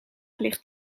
ligt